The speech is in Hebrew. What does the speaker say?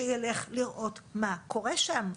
שילך לראות מה קורה שם.